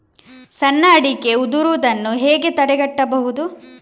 ಸಣ್ಣ ಅಡಿಕೆ ಉದುರುದನ್ನು ಹೇಗೆ ತಡೆಗಟ್ಟಬಹುದು?